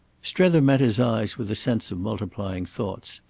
strether met his eyes with a sense of multiplying thoughts.